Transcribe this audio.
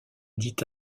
dit